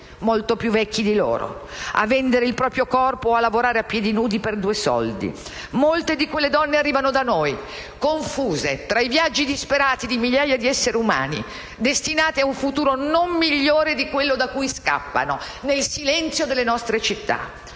molto più vecchi di loro, a vendere il proprio corpo o a lavorare a piedi nudi per due soldi. Molte di quelle donne arrivano da noi, confuse tra i viaggi disperati di migliaia di esseri umani, destinate ad un futuro non migliore di quello da cui scappano, nel silenzio delle nostre città